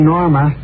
Norma